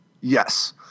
Yes